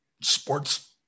sports